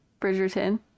Bridgerton